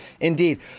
Indeed